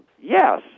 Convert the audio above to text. Yes